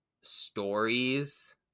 stories